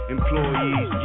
Employees